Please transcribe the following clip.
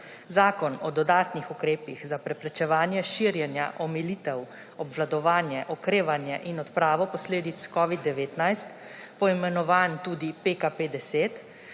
Zakon o dodatnih ukrepih za preprečevanje širjenja, omilitev, obvladovanje, okrevanje in odpravo posledic COVID-19, poimenovan tudi PKP10,